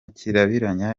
kirabiranya